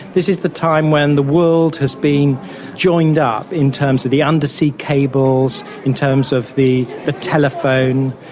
this is the time when the world has been joined up in terms of the undersea cables, in terms of the the telephone,